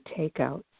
takeout